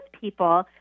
people